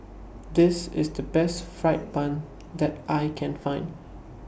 This IS The Best Fried Bun that I Can Find